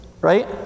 right